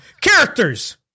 Characters